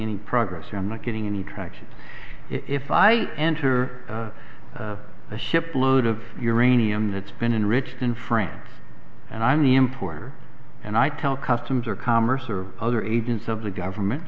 any progress i'm not getting any traction if i enter a ship load of uranium that's been enriched in france and i'm the importer and i tell customs or commerce or other agents of the government